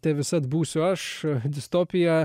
te visad būsiu aš distopija